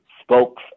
spoke